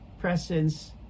presence